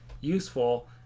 useful